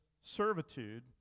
servitude